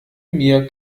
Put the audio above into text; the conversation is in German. mir